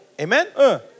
Amen